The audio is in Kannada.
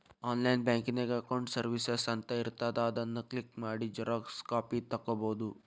ಆನ್ಲೈನ್ ಬ್ಯಾಂಕಿನ್ಯಾಗ ಅಕೌಂಟ್ಸ್ ಸರ್ವಿಸಸ್ ಅಂತ ಇರ್ತಾದ ಅದನ್ ಕ್ಲಿಕ್ ಮಾಡಿ ಝೆರೊಕ್ಸಾ ಕಾಪಿ ತೊಕ್ಕೊಬೋದು